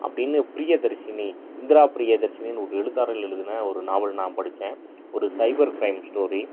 அப்படினு பிரியதர்ஷினி இந்திரா பிரியதர்ஷினினு ஒரு எழுத்தாளர் எழுதின ஒரு நாவல் நான் படித்தேன் ஒரு சைபர் கிரைம் ஸ்டோரி